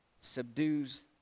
subdues